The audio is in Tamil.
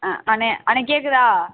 ஆ அண்ணே அண்ணே கேட்குதா